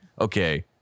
okay